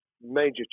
major